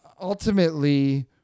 ultimately